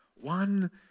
One